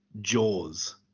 Jaws